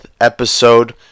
episode